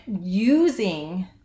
using